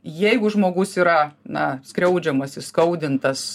jeigu žmogus yra na skriaudžiamas įskaudintas